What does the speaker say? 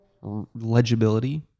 legibility